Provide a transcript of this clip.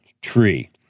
tree